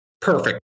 perfect